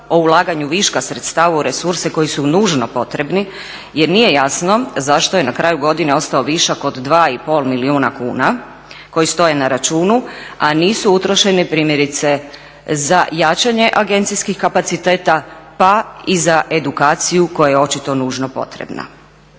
o ulaganju viška sredstava u resurse koji su nužno potrebni jer nije jasno zašto je na kraju godine ostao višak od 2,5 milijuna kuna koji stoje na računu, a nisu utrošeni primjerice za jačanje agencijskih kapaciteta pa i za edukaciju koja je očito nužno potrebna.